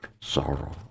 sorrow